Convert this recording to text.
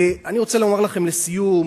אני רוצה לומר לכם לסיום,